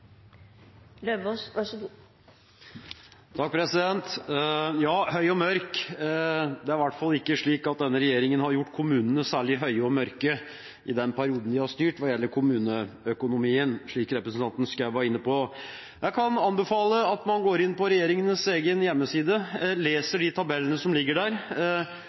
Ja, «høy og mørk» – denne regjeringen har i hvert fall ikke gjort kommunene særlig høye og mørke i den perioden de har styrt, hva gjelder kommuneøkonomien, som representanten Schou var inne på. Jeg kan anbefale at man går inn på regjeringens egen hjemmeside, leser de tabellene som ligger der,